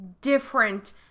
different